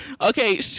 Okay